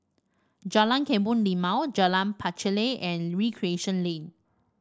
Jalan Kebun Limau Jalan Pacheli and Recreation Lane